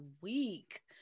week